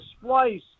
splice